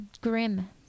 grim